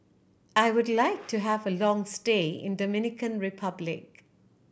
I would like to have a long stay in Dominican Republic